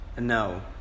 No